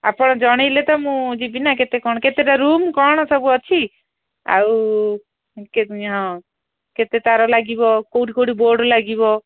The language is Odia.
ଆପଣ ଜଣେଇଲେ ତ ମୁଁ ଯିବି ନା କେତେ କ'ଣ କେତେଟା ରୁମ୍ କ'ଣ ସବୁ ଅଛି ଆଉ ହଁ କେତେ ତାର ଲାଗିବ କେଉଁଠି କେଉଁଠି ବୋର୍ଡ଼୍ ଲାଗିବ